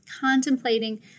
contemplating